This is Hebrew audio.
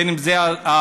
אם זה הזקנים,